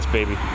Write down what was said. baby